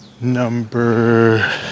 number